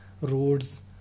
roads